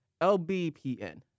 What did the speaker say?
LBPN